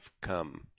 come